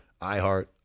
iHeart